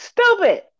Stupid